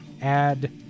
add